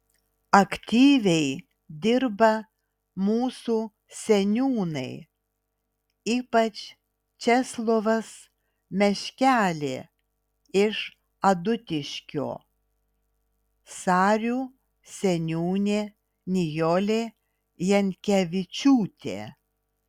aktyviai dirba mūsų seniūnai ypač česlovas meškelė iš adutiškio sarių seniūnė nijolė jankevičiūtė